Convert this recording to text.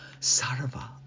Sarva